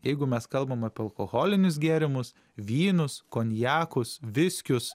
jeigu mes kalbam apie alkoholinius gėrimus vynus konjakus viskius